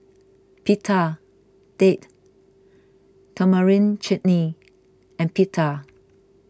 Pita Date Tamarind Chutney and Pita